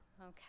Okay